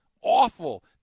awful